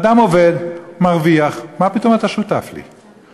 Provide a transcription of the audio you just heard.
אדם עובד, מרוויח, מה פתאום אתה שותף לי?